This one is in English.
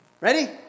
ready